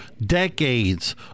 decades